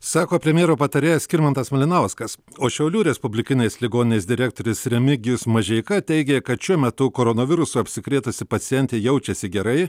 sako premjero patarėjas skirmantas malinauskas o šiaulių respublikinės ligoninės direktorius remigijus mažeika teigė kad šiuo metu koronavirusu apsikrėtusi pacientė jaučiasi gerai